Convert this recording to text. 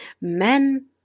Men